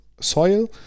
soil